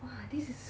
!wah! this is